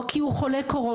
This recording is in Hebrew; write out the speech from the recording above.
או כי הוא חולה קורונה,